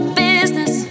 business